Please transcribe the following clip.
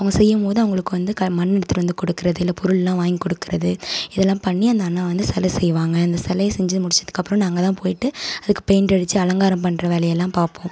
அவங்க செய்யும் போது அவங்களுக்கு வந்து மண் எடுத்துட்டு வந்து கொடுக்குறது இல்லை பொருளெலாம் வாங்கி கொடுக்குறது இதல்லாம் பண்ணி அந்த அண்ணா வந்து சிலை செய்வாங்க அந்த சிலைய செஞ்சு முடித்ததுக்கு அப்புறம் நாங்கள் தான் போயிட்டு அதுக்கு பெயிண்டு அடிச்சு அலங்காரம் பண்ணுற வேலையெல்லாம் பார்ப்போம்